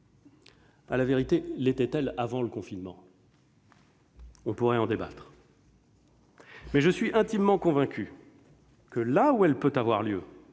À la vérité, l'était-elle avant le confinement ? On pourrait en débattre ... Mais je suis intimement convaincu que, là où la réouverture peut avoir lieu,